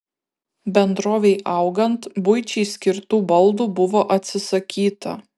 bendrovei augant buičiai skirtų baldų buvo atsisakyta